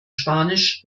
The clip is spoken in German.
spanisch